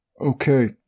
Okay